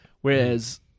whereas